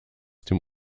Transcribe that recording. dem